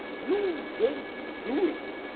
you just do it.